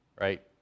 right